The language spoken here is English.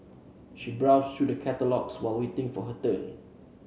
she browsed through the catalogues while waiting for her turn